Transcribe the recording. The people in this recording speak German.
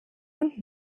und